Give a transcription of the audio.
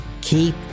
Keep